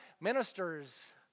ministers